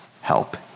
help